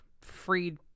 ...freed